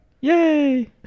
yay